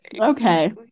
okay